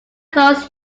claus